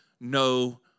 no